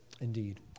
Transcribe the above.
indeed